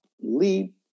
leap